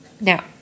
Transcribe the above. Now